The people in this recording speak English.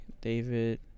David